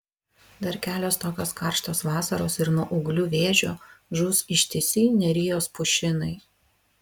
dar kelios tokios karštos vasaros ir nuo ūglių vėžio žus ištisi nerijos pušynai